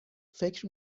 فکر